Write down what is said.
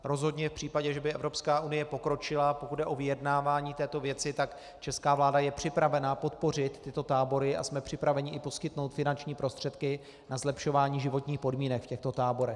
Rozhodně v případě, že by Evropská unie pokročila, pokud jde o vyjednávání této věci, je česká vláda připravena podpořit tyto tábory a jsme připraveni poskytnout i finanční prostředky na zlepšování životních podmínek v těchto táborech.